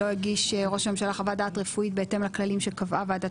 לא הגיש ראש הממשלה חוות דעת רפואית בהתאם לכללים שקבעה ועדת